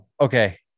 okay